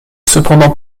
cependant